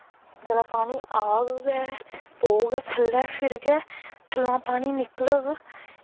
जिसलै पानी आह्ग गै पौह्ग गै थल्लै फिर गै पानी निकलग